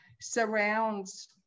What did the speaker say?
surrounds